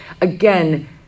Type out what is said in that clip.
again